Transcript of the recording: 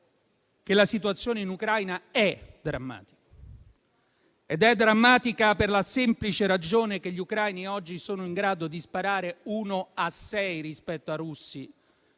che la situazione in Ucraina è drammatica. E lo è per la semplice ragione che gli ucraini oggi sono in grado di sparare uno a sei